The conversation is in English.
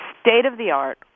state-of-the-art